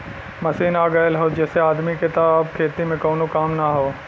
machine आ गयल हौ जेसे आदमी के त अब खेती में कउनो काम ना हौ